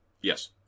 Yes